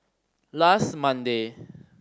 last Monday